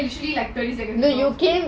literally like twenty seconds